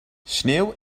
sneeuw